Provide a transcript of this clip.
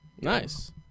Nice